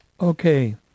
Okay